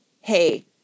hey